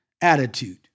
attitude